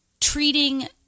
treating